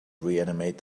reanimate